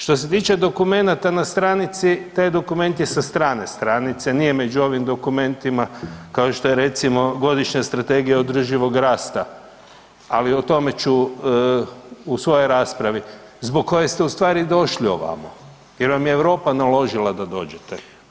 Što se tiče dokumenata na stanici, taj dokument je sa strane stranice, nije među ovim dokumentima, kao što je recimo, Godišnja strategija održivog rasta, ali o tome ću u svojoj raspravi zbog koje ste ustvari došli ovamo jer vam je Europa naložila da dođete.